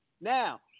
Now